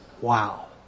Wow